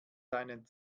deinen